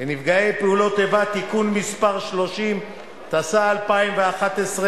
לנפגעי פעולות איבה (תיקון מס' 30), התשע"א 2011,